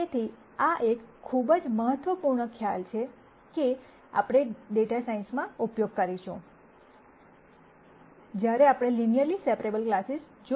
તેથી આ એક ખૂબ જ મહત્વપૂર્ણ ખ્યાલ છે કે આપણે ડેટા સાયન્સમાં ઉપયોગ કરીશું જ્યારે આપણે લિનયરલી સેપરેબલ ક્લાસીસ જોઈશું